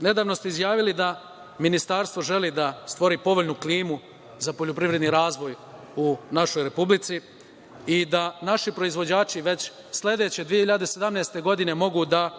Nedavno ste izjavili da Ministarstvo želi da stvori povoljnu klimu za poljoprivredni razvoj u našoj republici i da naši proizvođači već sledeće, 2017. godine mogu da